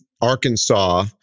Arkansas